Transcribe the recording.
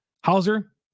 Hauser